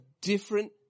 different